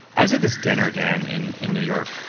i was at this dinner, dan, in in new york.